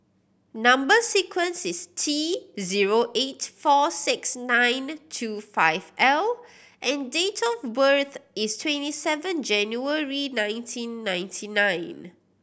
number sequence is T zero eight four six nine two five L and date of birth is twenty seven January nineteen ninety nine